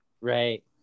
right